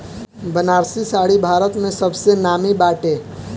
बनारसी साड़ी भारत में सबसे नामी बाटे